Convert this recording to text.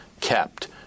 kept